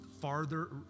farther